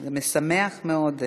זה משמח מאוד.